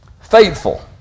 Faithful